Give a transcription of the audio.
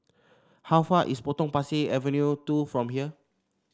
how far is Potong Pasir Avenue two from here